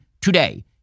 today